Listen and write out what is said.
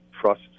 trust